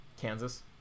Kansas